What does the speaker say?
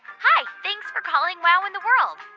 hi, thanks for calling wow in the world.